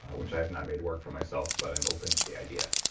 which i've not made work for myself, but i'm open to the idea.